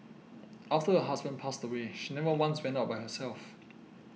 after her husband passed away she never once went out by herself